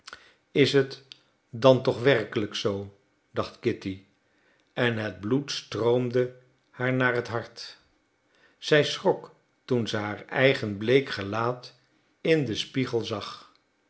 is het dan toch werkelijk zoo dacht kitty en het bloed stroomde haar naar het hart zij schrok toen ze haar eigen bleek gelaat in den spiegel zag